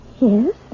Yes